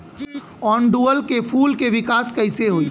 ओड़ुउल के फूल के विकास कैसे होई?